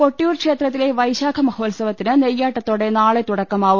കൊട്ടിയൂർ ക്ഷേത്രത്തിലെ വൈശാഖ മഹോത്സുവത്തിന് നെയ്യാ ട്ടത്തോടെ നാളെ തുടക്കമാവും